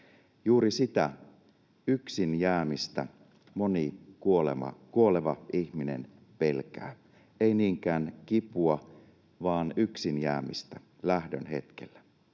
Juuri sitä, yksin jäämistä, moni kuoleva ihminen pelkää — ei niinkään kipua, vaan yksin jäämistä lähdön hetkellä.